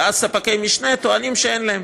ואז ספקי משנה טוענים שאין להם,